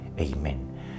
Amen